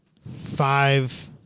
five